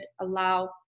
allow